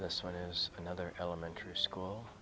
this one is another elementary school